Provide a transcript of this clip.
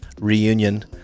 reunion